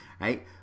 right